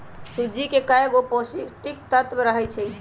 सूज्ज़ी में कएगो पौष्टिक तत्त्व रहै छइ